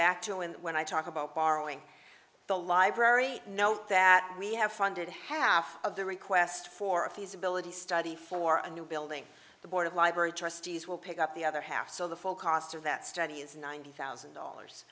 back to and when i talk about borrowing the library note that we have funded half of the request for a feasibility study for a new building the board of library trustees will pick up the other half so the full cost of that study is ninety thousand dollars